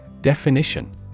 Definition